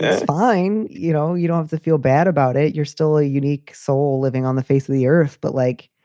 fine. you know, you don't have to feel bad about it. you're still a unique soul living on the face of the earth. but like,